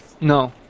No